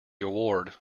award